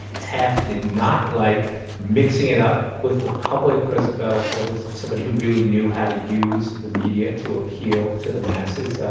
taft did not like mixing it up with the public roosevelt was somebody who really knew how to use the media to appeal to the masses.